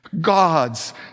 God's